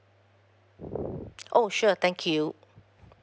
oh sure thank you